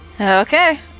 Okay